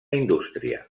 indústria